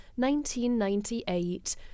1998